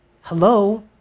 hello